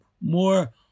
more